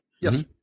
Yes